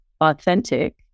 authentic